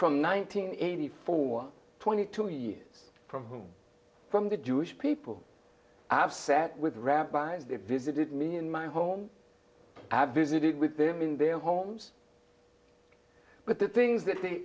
from nineteen eighty four twenty two years from from the jewish people have sat with rabbis they've visited me in my home have visited with them in their homes but the things that they